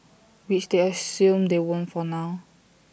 which they assume they won't for now